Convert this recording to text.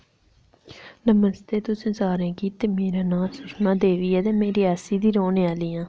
नमस्ते तुसें सारें कि ते मेरा नां सुश्मा देवी ऐ ते में रेआसी दी औह्ने आह्ली आं